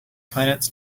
planets